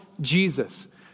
Jesus